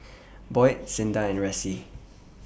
Boyd Cinda and Ressie